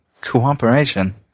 Cooperation